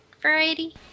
variety